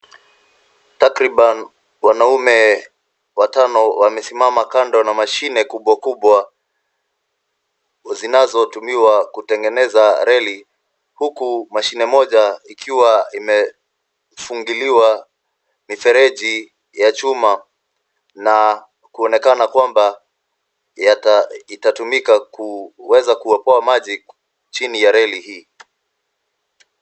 Takriban wanaume watano wamesimama kando na mashine kubwa kubwa zinazotumiwa kutengeneza reli, huku mashine moja ikiwa imefungiliwa mifereji ya chuma na kuonekana kwamba, itatumika kuweza kuopoa maji chini ya reli hii.